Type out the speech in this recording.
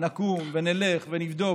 נקום ונלך ונבדוק